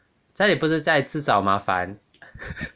这样你不是在自找麻烦